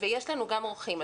ויש לנו גם אורחים.